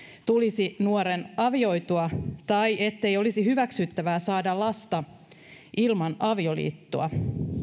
tulisi nuoren avioitua tai ettei olisi hyväksyttävää saada lasta ilman avioliittoa